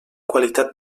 qualitat